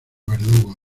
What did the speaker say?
verdugos